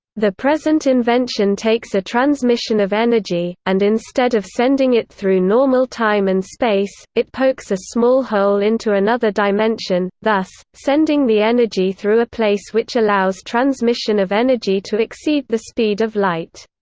the present invention takes a transmission of energy, and instead of sending it through normal time and space, it pokes a small hole into another dimension, thus, sending the energy through a place which allows transmission of energy to exceed the speed of light.